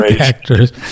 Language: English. actors